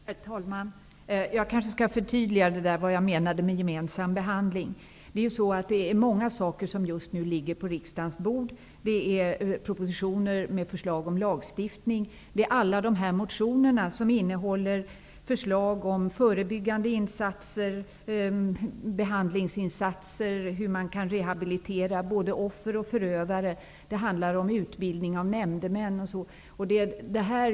Herr talman! Jag kanske skall förtydliga vad jag menar med gemensam behandling. Det är många frågor som just nu ligger på riksdagens bord. Det gäller propositioner med förslag om lagstiftning och alla motioner som innehåller förslag om förebyggande insatser, behandlingsinsatser, hur man kan rehabilitera offer och förövare och utbilda nämndemän.